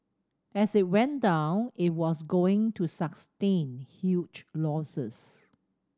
as it went down it was going to sustain huge losses